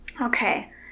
Okay